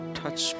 touch